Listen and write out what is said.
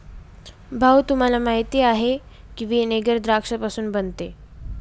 भाऊ, तुम्हाला माहीत आहे की व्हिनेगर द्राक्षापासून बनते